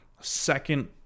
second